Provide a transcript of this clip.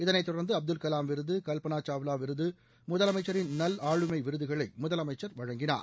இதனை தொடர்ந்து அப்துல்கலாம் விருது கல்பனா சாவ்வா விருது முதலமைச்சரின் நல்ஆளுமை விருதுகளை முதலமைச்சர் வழங்கினார்